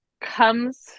comes